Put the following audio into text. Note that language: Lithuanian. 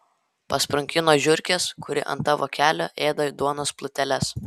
pasprunki nuo žiurkės kuri ant tavo kelio ėda duonos pluteles